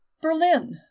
Berlin